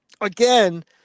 again